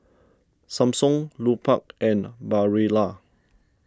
Samsung Lupark and Barilla